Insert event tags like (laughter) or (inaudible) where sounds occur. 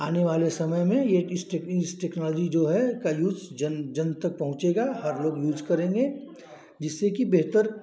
आनेवाले समय में यह (unintelligible) इस टेक्नोलाॅजी जो है इसका यूज़ जन जन तक पहुँचेगा हर लोग यूज़ करेंगे जिससे कि बेहतर